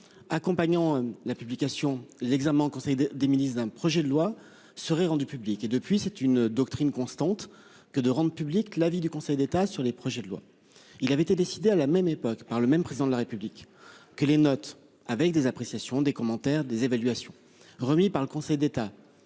accompagnant la publication l'examen en conseil des ministres d'un projet de loi serait rendu public et depuis c'est une doctrine constante que de rende public l'avis du Conseil d'État sur les projets de loi. Il avait été décidé à la même époque par le même président de la République que les notes avec des appréciations des commentaires des évaluations remis par le Conseil d'État